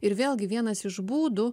ir vėlgi vienas iš būdų